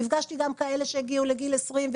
נפגשתי גם עם כאלה שהגיעו לגיל 20,